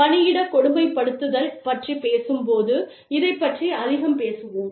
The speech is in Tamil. பணியிட கொடுமைப்படுத்துதல் பற்றிப் பேசும்போது இதைப் பற்றி அதிகம் பேசுவோம்